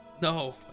no